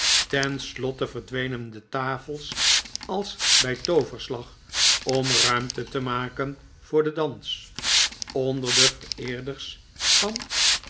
slotte verdwenen de tafels als bij tooverslag om ruimte te maken voor den dans onder de vereerders van